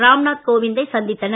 ராம் நாத் கோவிந்தை சந்தித்தனர்